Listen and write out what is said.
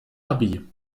abi